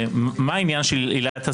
מעניין מאוד.